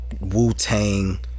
Wu-Tang